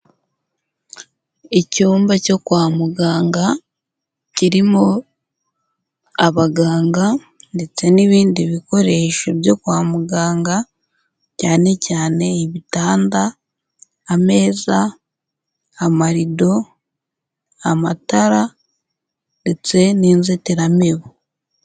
Icyumba cyo kwa muganga kirimo abaganga ndetse n'ibindi bikoresho byo kwa muganga, cyane cyane bitanda, ameza, amarido, amatara ndetse n'inzitiramibu.